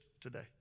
today